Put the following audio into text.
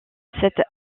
cette